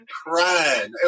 crying